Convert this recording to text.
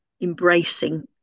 embracing